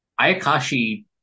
Ayakashi